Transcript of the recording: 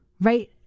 right